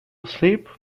asleep